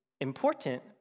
important